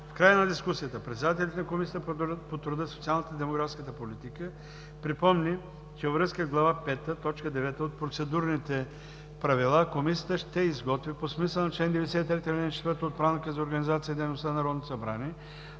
В края на дискусията председателят на Комисията по труда, социалната и демографската политика припомни, че във връзка с Глава пета, т. 9 от Процедурните правила Комисията ще изготви по смисъла на чл. 93, ал. 4 от Правилника за